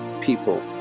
people